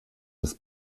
des